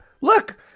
Look